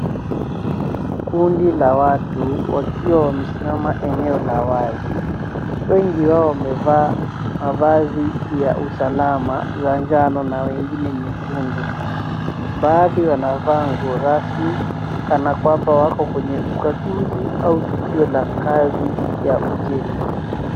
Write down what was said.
Kundi la watu wakiwa wamesimama eneo la wazi. Wengi wao wamevaa mavazi za usalama za njano na wengine nyekundu. Baadhi wanavaa nguo rasmi kana kwamba wako kwenye ukaguzi au tukio la kazi ya ujenzi.